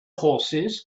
horses